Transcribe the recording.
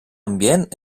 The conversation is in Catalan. ambient